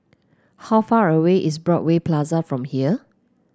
how far away is Broadway Plaza from here